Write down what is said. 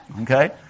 Okay